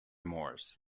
moors